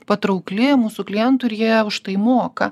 patraukli mūsų klientui ir jie už tai moka